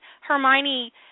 Hermione –